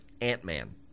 Ant-Man